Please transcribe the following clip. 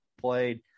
played